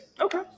okay